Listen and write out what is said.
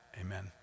Amen